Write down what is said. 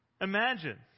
Imagine